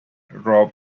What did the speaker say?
rob